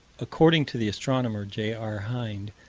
according to the astronomer, j r. hind,